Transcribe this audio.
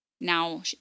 Now